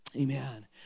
Amen